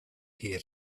here